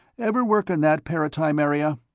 ever work in that paratime-area?